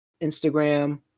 Instagram